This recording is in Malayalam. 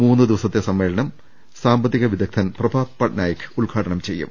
മൂന്ന് ദിവസത്തെ സമ്മേളനം പ്രമുഖ സാമ്പത്തിക വിദഗ്ധൻ ്രഭാത് പട്നായിക് ഉദ്ഘാ ടനം ചെയ്യും